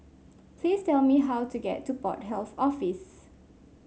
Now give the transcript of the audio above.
please tell me how to get to Port Health Office